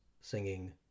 singing